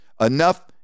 Enough